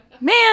man